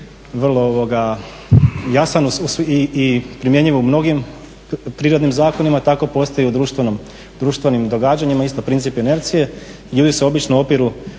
vrlo jasan i primjenjiv u mnogim prirodnim zakonima. Tako postoji i u društvenim događanjima isto princip inercije, ljudi se obično opiru